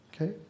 okay